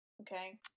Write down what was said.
okay